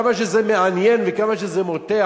כמה שזה מעניין וכמה שזה מותח,